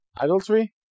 adultery